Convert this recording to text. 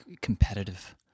competitive